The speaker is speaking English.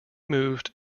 moved